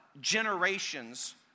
generations